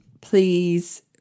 please